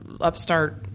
upstart